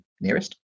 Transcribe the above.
nearest